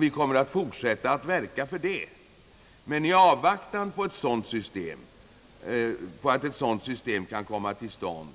Vi kommer att fortsätta att verka för detta, men i avvaktan på att ett sådant system kan komma till stånd